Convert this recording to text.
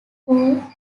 all